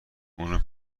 اونو